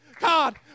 God